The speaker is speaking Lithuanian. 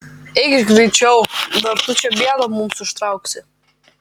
eikš greičiau dar tu čia bėdą mums užtrauksi